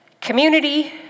community